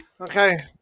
Okay